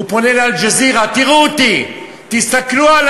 הוא פונה ל"אל-ג'זירה" תראו אותי,